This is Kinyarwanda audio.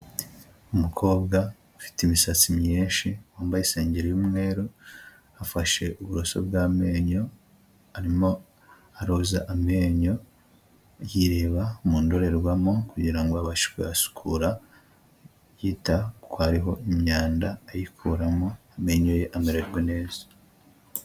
Umukobwa ufite imisatsi myinshi wambaye isengeri y'umweru afashe uburoso bw'amenyo arimo aroza amenyo yireba mu ndorerwamo kugirango abashe kuyasukura yita kuyariho imyanda ayikuramo amenyo ye amererwe neza.